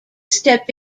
step